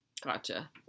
Gotcha